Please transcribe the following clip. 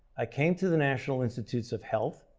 i came to the national institutes of health,